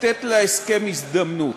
לתת להסכם הזדמנות.